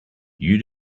you